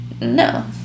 No